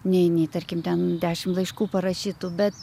nei nei tarkim ten dešimt laiškų parašytų bet